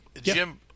Jim